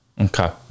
Okay